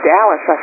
Dallas